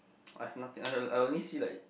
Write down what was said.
I've nothing I I only see like